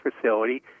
facility